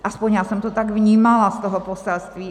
Aspoň já jsem to tak vnímala z toho poselství.